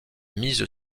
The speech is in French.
mise